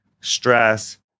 stress